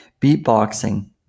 beatboxing